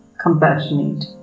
compassionate